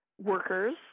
workers